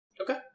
Okay